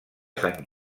sant